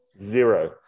Zero